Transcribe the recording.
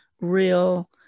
real